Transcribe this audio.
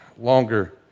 longer